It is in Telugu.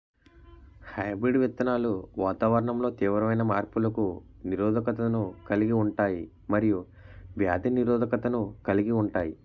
హైబ్రిడ్ విత్తనాలు వాతావరణంలో తీవ్రమైన మార్పులకు నిరోధకతను కలిగి ఉంటాయి మరియు వ్యాధి నిరోధకతను కలిగి ఉంటాయి